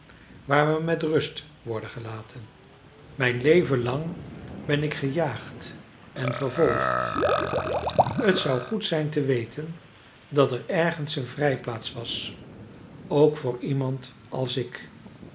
waar we met rust worden gelaten mijn leven lang ben ik gejaagd en vervolgd t zou goed zijn te weten dat er ergens een vrijplaats was ook voor iemand als ik